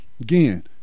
again